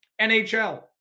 NHL